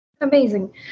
amazing